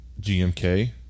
GMK